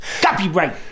Copyright